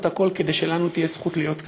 את הכול כדי שלנו תהיה זכות להיות כאן.